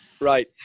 Right